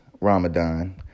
Ramadan